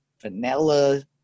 vanilla